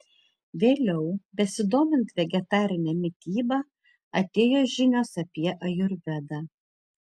vėliau besidomint vegetarine mityba atėjo žinios apie ajurvedą